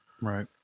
Right